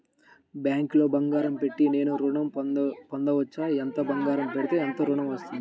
బ్యాంక్లో బంగారం పెట్టి నేను ఋణం పొందవచ్చా? ఎంత బంగారం పెడితే ఎంత ఋణం వస్తుంది?